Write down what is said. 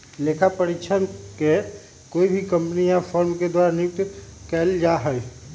लेखा परीक्षक के कोई भी कम्पनी या फर्म के द्वारा नियुक्त कइल जा हई